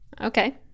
okay